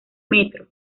metro